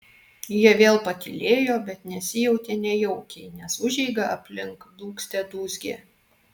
jie vėl patylėjo bet nesijautė nejaukiai nes užeiga aplink dūgzte dūzgė